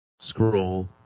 scroll